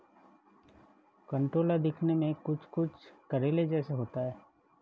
कंटोला दिखने में कुछ कुछ करेले जैसा होता है